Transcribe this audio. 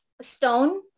Stone